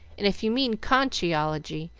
and if you mean conchology,